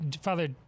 father